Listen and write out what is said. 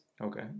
Okay